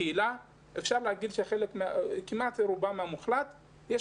ניתן לומר כמעט בוודאות שהרוב המוחלט של